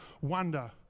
wonder